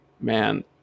man